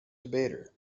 debater